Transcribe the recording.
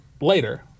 later